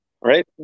right